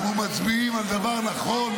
אנחנו מצביעים על דבר נכון,